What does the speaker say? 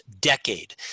decade